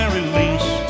release